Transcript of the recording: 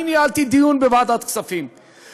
אני ניהלתי דיון בוועדת כספים,